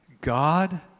God